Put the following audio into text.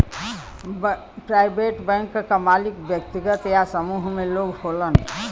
private bank क मालिक व्यक्तिगत या समूह में लोग होलन